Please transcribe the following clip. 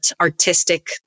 artistic